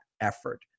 effort